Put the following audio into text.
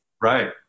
Right